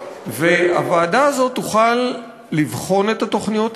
והוועדה הזאת תוכל לבחון את התוכניות,